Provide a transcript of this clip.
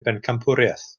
bencampwriaeth